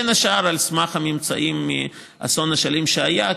בין השאר על סמך הממצאים מאסון אשלים שהיה,